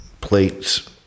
plates